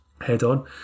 head-on